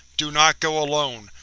do not go alone,